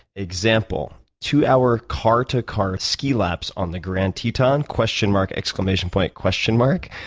example, to our car to car ski lapse on the grant teton, question mark, exclamation point, question mark.